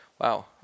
Wow